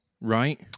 Right